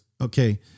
okay